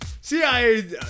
CIA